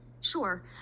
Sure